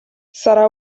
sarà